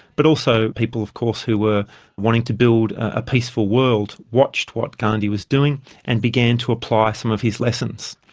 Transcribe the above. but also people of course who were wanting to build a peaceful world watched what gandhi was doing and began to apply some of his lessons.